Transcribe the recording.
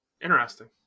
Interesting